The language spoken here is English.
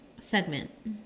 Segment